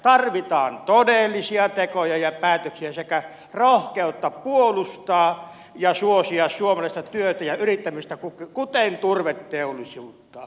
tarvitaan todellisia tekoja ja päätöksiä sekä rohkeutta puolustaa ja suosia suomalaista työtä ja yrittämistä kuten turveteollisuutta